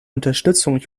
unterstützung